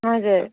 हजुर